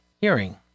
hearing